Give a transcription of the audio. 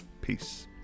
peace